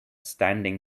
standing